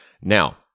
Now